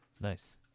Nice